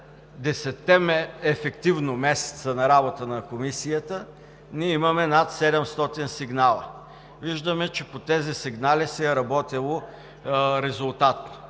десетте месеца ефективна работа на Комисията, имаме над 700 сигнала. Виждаме, че по тези сигнали се е работило резултатно,